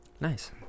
Nice